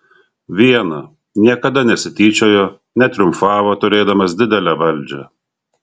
viena niekada nesityčiojo netriumfavo turėdamas didelę valdžią